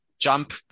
jump